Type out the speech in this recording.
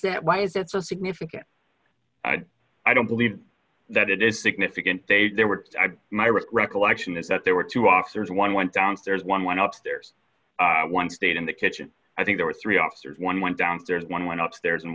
that why is that so significant i don't believe that it is significant they there were my recollection is that there were two officers one went downstairs one went upstairs one stayed in the kitchen i think there were three officers one went downstairs one went upstairs and